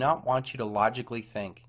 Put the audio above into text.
not want you to logically think